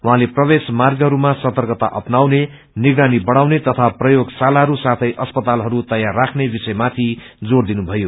उहाँले प्रवेश मार्गहरूमा सर्तकता अपनाउने निगरानी बढ़ाउने तथा प्रयोगशालाहरू साथै अस्पातालहरू तैयार राख्ने विषयमाथि जोर दिनुषयो